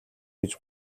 гэж